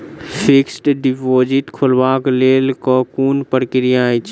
Fixed deposit खोलबाक लेल केँ कुन प्रक्रिया अछि?